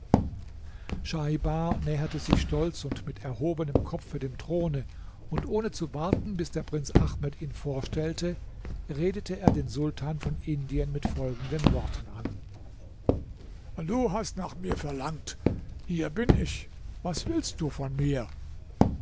schaibar näherte sich stolz und mit erhobenem kopfe dem throne und ohne zu warten bis der prinz ahmed ihn vorstellte redete er den sultan von indien mit folgenden worten an du hast nach mir verlangt hier bin ich was willst du von mir